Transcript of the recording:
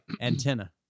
Antenna